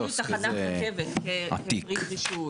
לא.